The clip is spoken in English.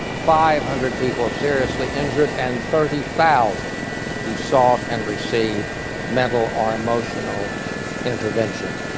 five hundred people seriously injured and thirty thousand who sought and received mental or emotional intervention